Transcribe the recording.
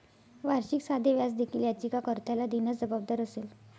वार्षिक साधे व्याज देखील याचिका कर्त्याला देण्यास जबाबदार असेल